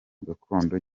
gakondo